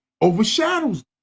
overshadows